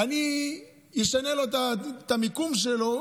אני אשנה לו את המיקום שלו.